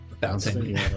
bouncing